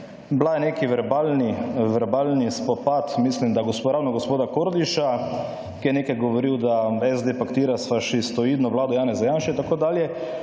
bil je neki verbalni spopad, mislim, da ravno gospoda Kordiša, ki je nekaj govoril, da SD paktira s fašistoidno vlado Janeza Janše in